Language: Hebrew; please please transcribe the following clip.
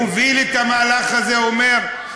שהוביל את המהלך הזה אומר?